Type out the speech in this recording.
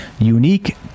unique